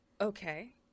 Okay